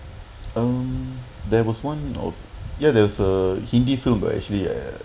hmm there was one of ya there was a hindi film but actually I err